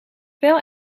pijl